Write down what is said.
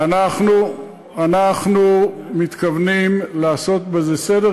אנחנו מתכוונים לעשות בזה סדר,